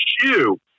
shoe